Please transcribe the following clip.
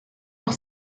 pour